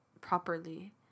properly